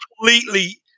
completely